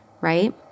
right